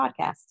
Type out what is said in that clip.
podcast